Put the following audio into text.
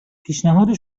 پیشنهاد